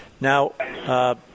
Now